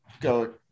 go